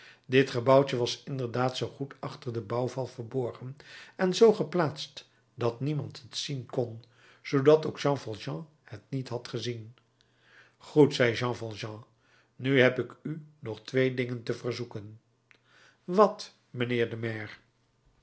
dit gebouwtje was inderdaad zoo goed achter den bouwval verborgen en zoo geplaatst dat niemand het zien kon zoodat ook jean valjean het niet had gezien goed zei jean valjean nu heb ik u nog twee dingen te verzoeken wat mijnheer de maire